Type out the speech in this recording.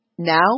Now